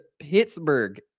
Pittsburgh